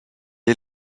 est